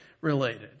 related